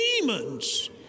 demons